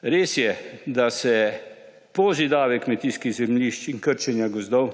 Res je, da se pozidave kmetijskih zemljišč in krčenja gozdov